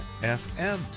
FM